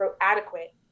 adequate